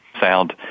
sound